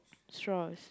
straws